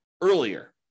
earlier